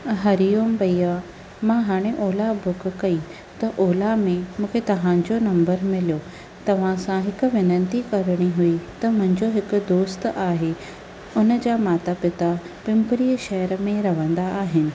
हरिओम भइया मां हाणे ओला बुक कई त ओला में मूंखे तव्हांजो नंबर मिलियो तव्हां सां हिकु विनती करणी हुई त मुंहिंजो हिकु दोस्त आहे उनजा माता पिता पिंपरीअ शहर में रहंदा आहिनि